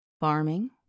farming